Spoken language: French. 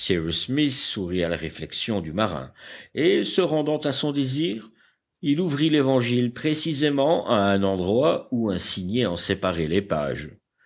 sourit à la réflexion du marin et se rendant à son désir il ouvrit l'évangile précisément à un endroit où un signet en séparait les pages